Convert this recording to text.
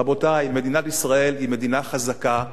רבותי, מדינת ישראל היא מדינה חזקה.